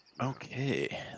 okay